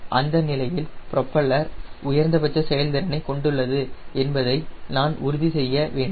அந்த நிலையில் புரோப்பலர் உயர்ந்தபட்ச செயல்திறனை கொண்டுள்ளது என்பதை நான் உறுதி செய்ய வேண்டும்